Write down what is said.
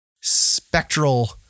spectral